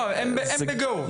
אם הם ב-Go?